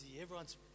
Everyone's